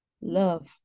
love